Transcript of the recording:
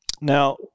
Now